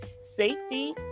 safety